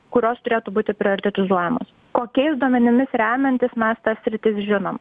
kurios turėtų būti prioritetizuojamos kokiais duomenimis remiantis mes tas sritis žinom